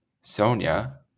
Sonia